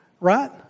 Right